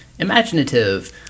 Imaginative